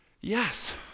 Yes